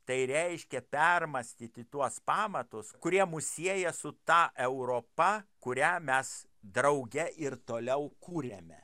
tai reiškia permąstyti tuos pamatus kurie mus sieja su ta europa kurią mes drauge ir toliau kuriame